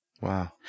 Wow